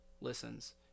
Listens